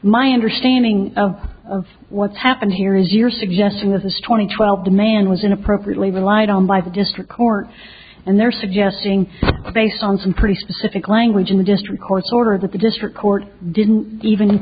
my understanding of what's happened here is you're suggesting this is twenty twelve the man was in appropriately relied on by the district court and they're suggesting based on some pretty specific language in the district court's order that the district court didn't even